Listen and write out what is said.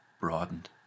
broadened